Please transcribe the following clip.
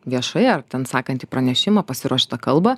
viešai ar ten sakantį pranešimą pasiruoštą kalbą